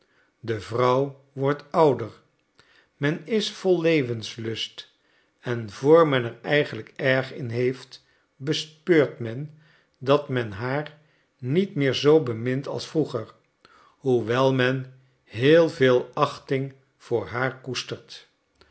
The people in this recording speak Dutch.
de vrouw wordt ouder men is vol levenslust en voor men er eigenlijk erg in heeft bespeurt men dat men haar niet meer zoo bemint als vroeger hoewel men heel veel achting voor haar koestert